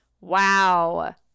wow